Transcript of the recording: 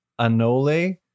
Anole